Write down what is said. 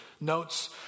notes